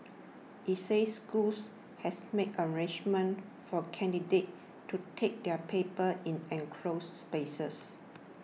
it said schools has made arrangements for candidates to take their papers in enclosed spaces